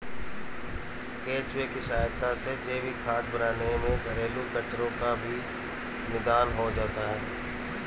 केंचुए की सहायता से जैविक खाद बनाने में घरेलू कचरो का भी निदान हो जाता है